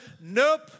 nope